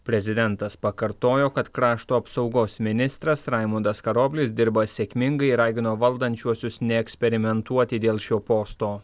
prezidentas pakartojo kad krašto apsaugos ministras raimundas karoblis dirba sėkmingai ragino valdančiuosius neeksperimentuoti dėl šio posto